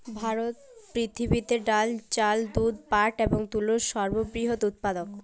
ভারত পৃথিবীতে ডাল, চাল, দুধ, পাট এবং তুলোর সর্ববৃহৎ উৎপাদক